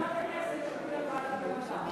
גם ועדת הכנסת תוציא לוועדת המדע.